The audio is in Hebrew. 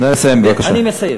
נא לסיים.